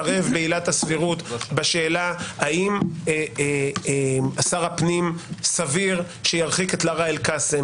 בעילת הסבירות בשאלה האם שר הפנים סביר שירחיק את לארה אל-קאסם,